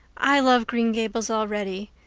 i love green gables already,